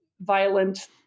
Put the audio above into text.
violent